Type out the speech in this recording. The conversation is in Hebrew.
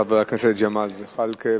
חבר הכנסת ג'מאל זחאלקה.